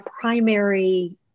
primary